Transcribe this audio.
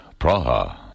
Praha